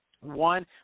One